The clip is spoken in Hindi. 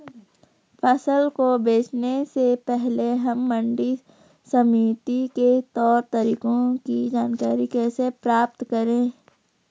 फसल को बेचने से पहले हम मंडी समिति के तौर तरीकों की जानकारी कैसे प्राप्त करें?